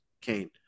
Kane